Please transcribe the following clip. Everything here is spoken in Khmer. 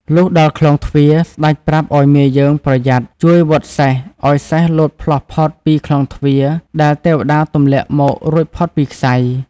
លុះដល់ក្លោងទ្វារ ស្តេចប្រាប់ឱ្យមាយើងប្រយ័ត្នជួយវាត់សេះឱ្យសេះលោតផ្លោះផុតពីក្លោងទ្វារដែលទេវតាទម្លាក់មករួចផុតពីក្ស័យ។